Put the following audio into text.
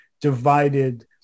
divided